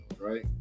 right